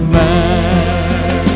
man